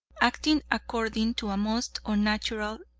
acting according to a most unnatural,